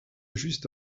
juste